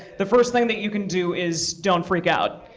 the first thing that you can do is don't freak out.